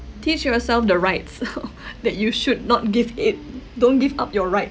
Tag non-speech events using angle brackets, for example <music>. teach yourself the rights <laughs> that you should not give it don't give up your rights